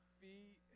feet